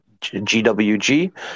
GWG